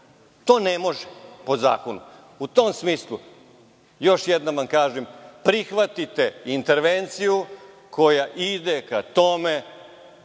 To ne može po zakonu.U tom smislu, još jednom vam kažem - prihvatite intervenciju koja ide ka tome